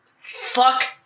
Fuck